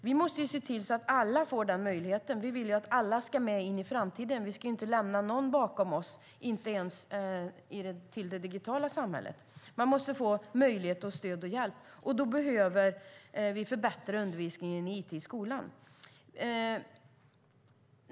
Vi måste se till att alla får samma möjlighet. Vi vill att alla ska med in i framtiden. Vi ska inte lämna någon bakom oss, inte ens i det digitala samhället. Man måste få stöd och hjälp, och då behöver vi förbättra it-undervisningen i skolan.